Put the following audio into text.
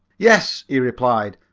yes, he replied,